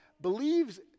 believes